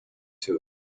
too